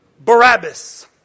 Barabbas